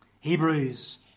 Hebrews